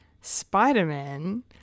Spider-Man